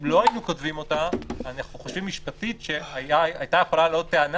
אם לא היינו כותבים אותה אנחנו חושבים משפטית שהייתה יכולה לעלות טענה